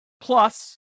Plus